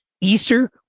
Easter